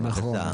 כן, בבקשה.